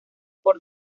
por